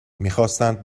میخواستند